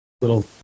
little